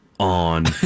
On